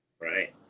right